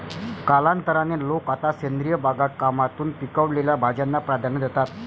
कालांतराने, लोक आता सेंद्रिय बागकामातून पिकवलेल्या भाज्यांना प्राधान्य देतात